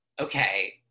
okay